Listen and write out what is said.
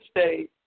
State